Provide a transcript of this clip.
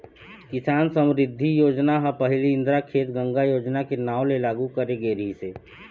किसान समरिद्धि योजना ह पहिली इंदिरा खेत गंगा योजना के नांव ले लागू करे गे रिहिस हे